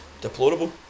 deplorable